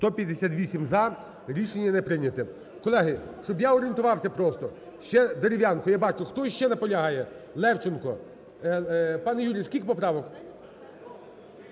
За-158 Рішення не прийняте. Колеги, щоб я орієнтувався просто. Ще Дерев'янко, я бачу. Хто ще наполягає? Левченко. Пане Юрію, скільки поправок?